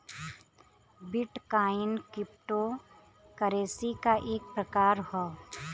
bit coin crypto currency क एक प्रकार हौ